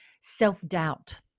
self-doubt